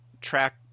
track